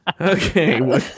Okay